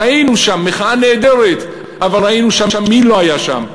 ראינו שם מחאה נהדרת, אבל ראינו מי לא היה שם.